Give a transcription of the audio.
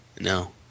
No